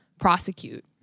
prosecute